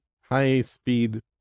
high-speed